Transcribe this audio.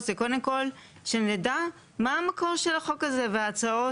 זה קודם כל שנדע מה המקור של החוק הזה וההצעות